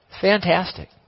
Fantastic